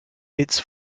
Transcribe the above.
its